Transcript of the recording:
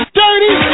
dirty